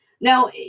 Now